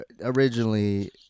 originally